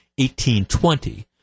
1820